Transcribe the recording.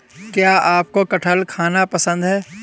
क्या आपको कठहल खाना पसंद है?